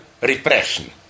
repression